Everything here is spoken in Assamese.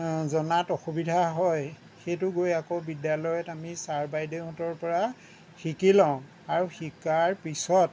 জনাত অসুবিধা হয় সেইটো গৈ আকৌ বিদ্যালয়ত আমি ছাৰ বাইদেউহঁতৰ পৰা শিকি লওঁ আৰু শিকাৰ পিছত